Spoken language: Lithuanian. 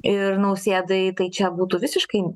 ir nausėdai tai čia būtų visiškai